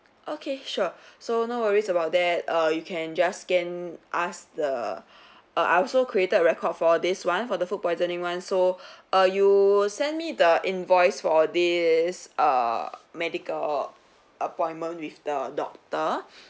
okay sure so no worries about that err you can just scan ask the err I also created record for this [one] for the food poisoning [one] so err you send me the invoice for this err medical appointment with the doctor